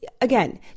Again